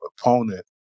opponent